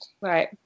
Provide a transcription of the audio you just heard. right